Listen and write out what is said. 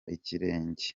ikirenge